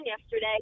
yesterday